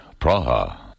Praha